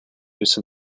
use